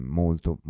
molto